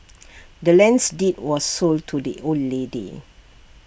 the land's deed was sold to the old lady